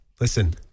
listen